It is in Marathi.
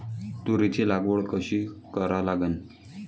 तुरीची लागवड कशी करा लागन?